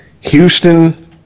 Houston